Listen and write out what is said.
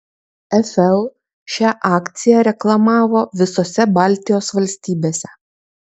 fl šią akciją reklamavo visose baltijos valstybėse